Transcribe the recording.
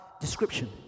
description